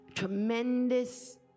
tremendous